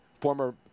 former